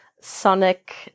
sonic